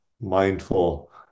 mindful